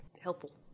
helpful